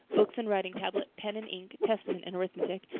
books and writing tablet, pen and ink, testament and arithmetic,